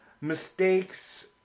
mistakes